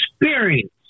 experience